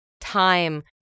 time